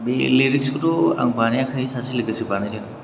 बे लिरिग्सखौथ' आं बानायाखै सासे लोगोसो बानायदों